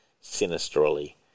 sinisterly